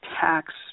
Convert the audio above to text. tax